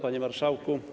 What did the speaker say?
Panie Marszałku!